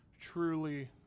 truly